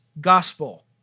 gospel